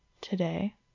today